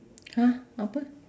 !huh! apa